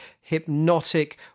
hypnotic